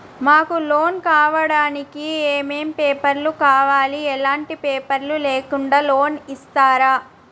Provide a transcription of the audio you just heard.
మాకు లోన్ కావడానికి ఏమేం పేపర్లు కావాలి ఎలాంటి పేపర్లు లేకుండా లోన్ ఇస్తరా?